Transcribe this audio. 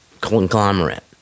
conglomerate